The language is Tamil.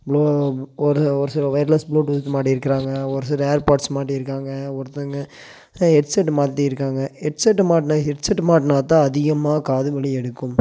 ஒரு ஒரு சில ஒயர்லஸ் ப்ளூடூத் மாட்டி இருக்கிறாங்க ஒரு சில ஏர்பாட்ஸ் மாட்டி இருக்காங்க ஒருத்தங்க ஹெட்செட் மாட்டி இருக்காங்க ஹெட்செட் மாட்டின ஹெட்செட் மாட்டினா தான் அதிகமாக காது வலி எடுக்கும்